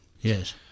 Yes